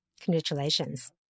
Congratulations